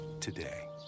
today